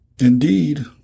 Indeed